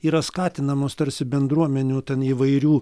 yra skatinamos tarsi bendruomenių ten įvairių